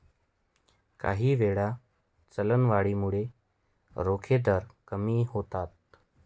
काहीवेळा, चलनवाढीमुळे रोखे दर कमी होतात